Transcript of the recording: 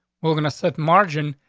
we're gonna set margin,